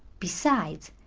besides,